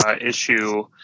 issue